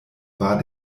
war